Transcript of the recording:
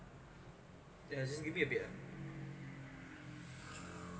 yeah just give me a bit ah